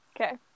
Okay